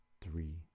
three